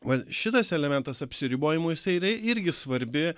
va šitas elementas apsiribojimo jisai yra irgi svarbi